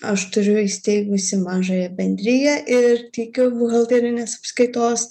aš turiu įsteigusi mažąją bendriją ir teikiu buhalterinės apskaitos